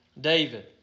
David